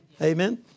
Amen